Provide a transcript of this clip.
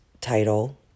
title